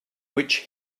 which